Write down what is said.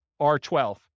R12